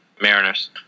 Mariners